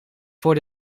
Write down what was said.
voor